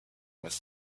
was